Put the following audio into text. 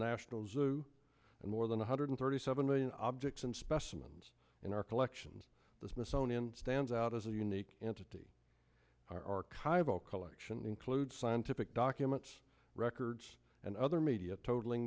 national zoo and more than one hundred thirty seven million objects and specimens in our collections the smithsonian stands out as a unique entity archival collection includes scientific documents records and other media total